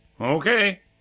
Okay